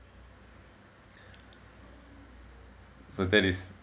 so that is